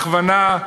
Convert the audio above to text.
מהכוונה,